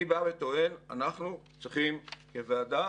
אני בא וטוען, אנחנו צריכים כוועדה